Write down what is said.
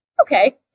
Okay